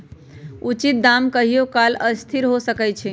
उचित दाम कहियों काल असथिर हो सकइ छै